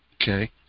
Okay